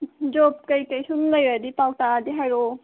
job ꯀꯔꯤ ꯀꯔꯤꯁꯨꯝ ꯂꯩꯔꯗꯤ ꯄꯥꯎ ꯇꯥꯔꯗꯤ ꯍꯥꯏꯔꯛꯑꯣ